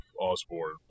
Osborne